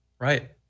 Right